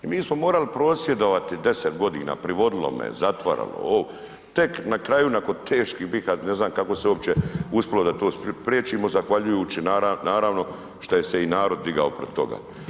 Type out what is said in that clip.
I mi smo morali prosvjedovati 10 godina, privodilo me, zatvaralo, tek na kraju nakon teških bitaka, ne znam kako se uopće uspjelo da to spriječimo zahvaljujući naravno šta se je i narod digao protiv toga.